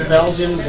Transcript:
Belgian